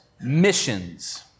missions